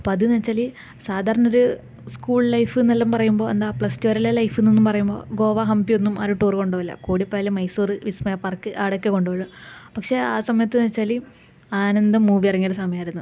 അപ്പോൾ അതെന്ന് വച്ചാല് സാധാരണ ഒരു സ്കൂള് ലൈഫ് എന്ന് എല്ലാം പറയുമ്പം എന്താ പ്ലസ് ടു വരെ ഉള്ള ലൈഫ് എന്ന് പറയുമ്പോൾ ഗോവ ഹംപി ഒന്നും ആരും ടൂറ് കൊണ്ടു പോവുകയില്ല കൂടിപോയാല് മൈസൂര് വിസ്മയ പാര്ക്ക് അവിടെ ഒക്കെയേ കൊണ്ട് പോവുകയുള്ളൂ പക്ഷെ ആ സമയത്ത് എന്ന് വച്ചാല് ആനന്ദം മൂവി ഇറങ്ങിയ ഒരു സമയമായിരുന്നു